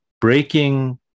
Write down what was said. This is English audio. breaking